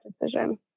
decision